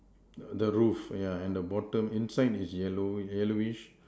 the the roof yeah and the bottom inside is yellow yellowish